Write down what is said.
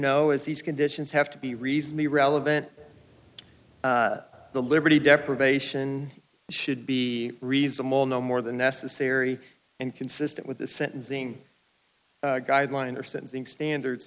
know is these conditions have to be reason the relevant the liberty deprivation should be reasonable no more than necessary and consistent with the sentencing guidelines are sensing standards